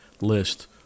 list